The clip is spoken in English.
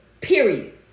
period